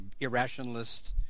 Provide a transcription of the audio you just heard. irrationalist